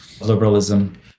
liberalism